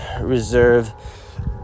Reserve